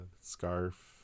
scarf